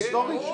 היסטורית?